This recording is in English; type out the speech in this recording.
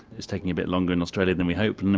it's taking a bit longer in australia than we hoped,